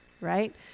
right